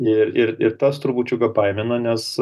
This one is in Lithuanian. ir ir ir tas trupučiuką baimina nes